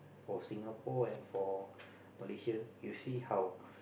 for Singapore and for Malaysia you see how